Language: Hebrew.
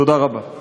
תודה רבה.